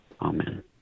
Amen